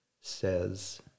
says